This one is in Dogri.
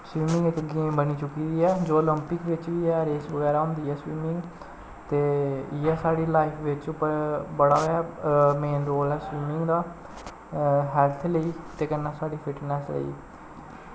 स्विमिंग इक गेम बनी चुकी दी ऐ जो ओलांपिक बिच्च बी ऐ रेस बगैरा होंदी ऐ स्विमिंग ते इ'यै साढ़ी लाइफ बिच्च बड़ा गै मेन रोल ऐ स्विमिंग दा हैल्थ लेई ते कन्नै साढ़ी फिटनेस लेई